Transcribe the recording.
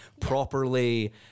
properly